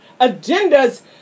agendas